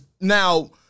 now